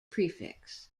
prefix